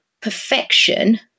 perfection